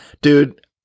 Dude